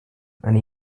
and